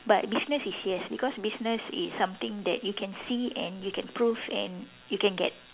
but business is yes because business is something that you can see and you can proof and you can get